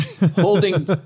Holding